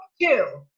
two